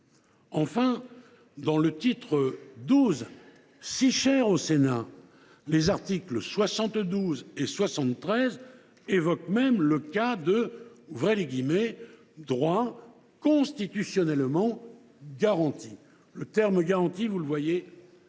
Enfin, dans le titre XII, si cher au Sénat, les articles 72 et 73 évoquent même le cas de « droits constitutionnellement garantis ». Ce terme « garantie », vous le voyez,